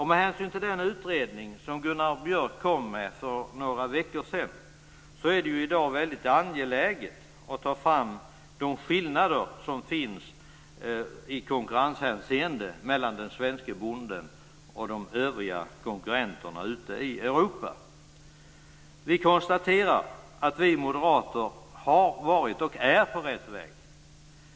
Med hänsyn till den utredning som Gunnar Björk lade fram för några veckor sedan är det i dag väldigt angeläget att ta fram de skillnader som finns i konkurrenshänseende mellan den svenske bonden och hans konkurrenter ute i Europa. Vi konstaterar att vi moderater har varit och är på rätt väg.